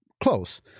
close